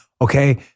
okay